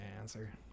answer